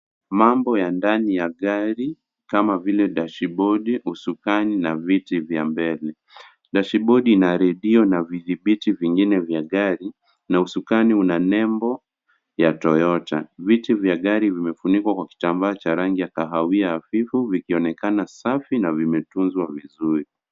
Mambo ya ndani ya gari kama vile dashibodi, usukani na viti vya mbele. Dashibodi ina redio na vidhibiti vingine vya gari na usukani una nembo ya toyota. Viti vya gari vimefunikwa kwa kitambaa cha rangi ya kahawia hafifu vikionekana safi na vimetunzwa vizuri.